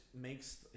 makes